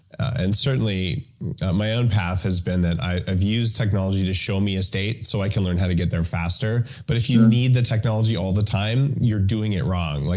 and certainly my own path has been that i've used technology to show me a state so i can learn how to get there faster, but if you need the technology all the time you're doing it wrong. like